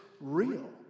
real